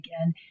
again